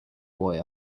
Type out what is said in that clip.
boy